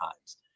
times